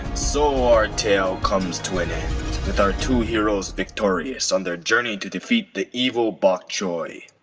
so our tale comes to an end with our two heroes victorious on their journey to defeat the evil bokhoy.